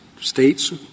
states